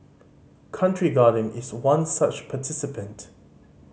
country Garden is one such participant